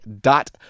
dot